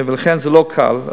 ולכן, זה לא קל.